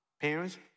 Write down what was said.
parents